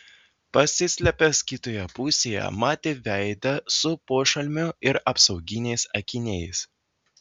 pasislėpęs kitoje pusėje matė veidą su pošalmiu ir apsauginiais akiniais